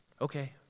Okay